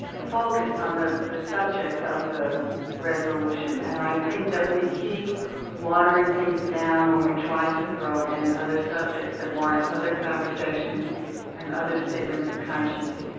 focused on the the subject of the resolution. and i think that we keep water ing things down when we try to throw in other subjects that warrant other conversations and other statements of conscience,